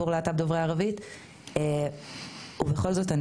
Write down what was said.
לנו מפגשי חשיפה עבור להט״ב דוברי ערבית ובכל זאת,